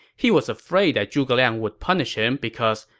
he was afraid that zhuge liang would punish him because,